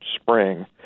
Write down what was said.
spring